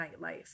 nightlife